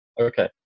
Okay